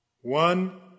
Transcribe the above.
One